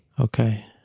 Okay